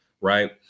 Right